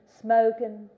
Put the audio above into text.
smoking